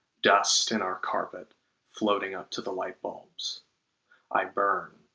dust in our carpet floating up to the lightbulbs i burn,